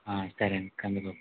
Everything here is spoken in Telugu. సరే అండి కందిపప్పు